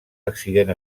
accident